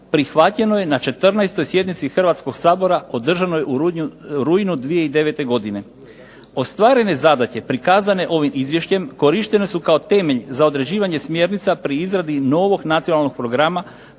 prihvaćeno je na 14. sjednici Hrvatskog sabora održanog u rujnu 2009. godine. Ostvarene zadaće prikazane ovim izvješćem korištene su kao temelj za određivanje smjernica pri izradi novog Nacionalnog programa